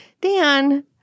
Dan